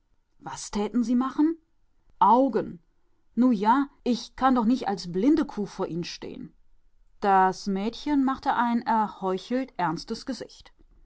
was täten sie machen augen nu ja ich kann doch nich als blindekuh vor ihn'n stehn das mädchen machte ein erheuchelt ernstes gesicht